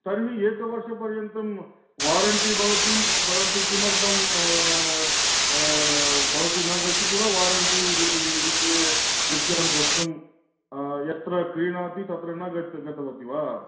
तर्हि एकवर्षपर्यन्तं वारण्टि भवति परन्तु किमर्थं भवति न गच्छति वा वारण्टि विषये चर्चां कर्तुं यत्र कीणाति तत्र न गच्छ गतवती वा